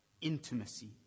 intimacy